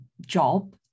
job